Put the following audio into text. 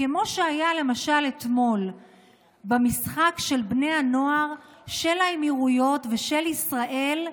כמו שהיה למשל אתמול במשחק של בני הנוער של האמירויות ושל ישראל,